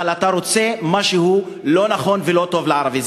אבל אתה רוצה משהו לא נכון ולא טוב לערבי.